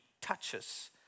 touches